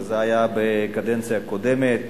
זה היה בקדנציה קודמת.